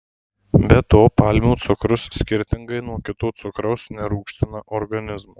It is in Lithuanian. be to palmių cukrus skirtingai nuo kito cukraus nerūgština organizmo